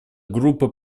группа